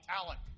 talent